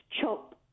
chop